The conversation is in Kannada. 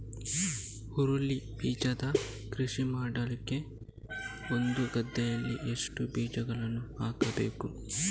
ಹುರುಳಿ ಬೀಜದ ಕೃಷಿ ಮಾಡಲಿಕ್ಕೆ ಒಂದು ಗದ್ದೆಯಲ್ಲಿ ಎಷ್ಟು ಬೀಜಗಳನ್ನು ಹಾಕಬೇಕು?